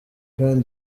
kandi